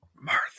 Martha